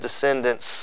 descendants